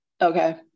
Okay